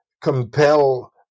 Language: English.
compel